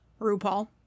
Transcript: RuPaul